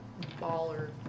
Baller